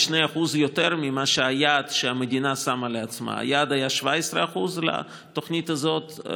ב-2% יותר מהיעד שהמדינה שמה לעצמה: היעד היה 17% לתוכנית הזאת,